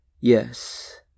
Yes